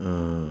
uh